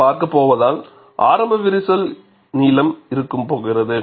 நாம் பார்க்கப் போவதால் ஆரம்ப விரிசல் நீளம் இருக்கப்போகிறது